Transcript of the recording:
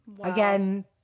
again